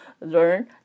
learn